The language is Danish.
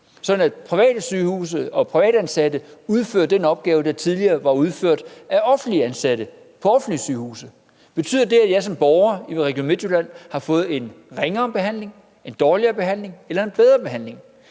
at private sygehuse og privatansatte udfører nogle opgaver, der tidligere blev udført af offentligt ansatte på offentlige sygehuse. Betyder det, at jeg som borger i Region Midtjylland har fået en dårligere behandling eller en bedre behandling?